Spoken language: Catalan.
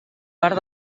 part